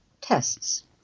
tests